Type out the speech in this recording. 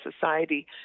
Society